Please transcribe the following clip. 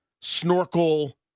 snorkel